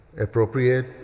appropriate